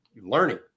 learning